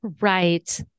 Right